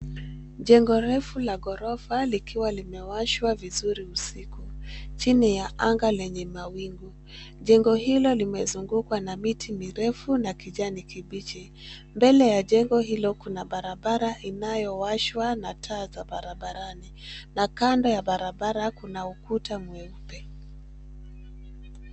Jengo refu la ghorofa likiwa limewashwa vizuri usiku, chini ya anga lenye mawingu. Jengo hilo limezungukwa na miti mirefu na kijani kibichi. Mbele ya jengo hilo kuna barabara inayowashwa na taa za barabarani, na kando ya barabara kuna ukuta mweupe.